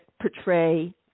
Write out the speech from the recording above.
portray